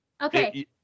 Okay